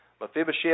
Mephibosheth